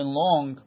long